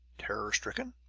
terror-stricken.